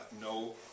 no